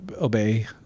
Obey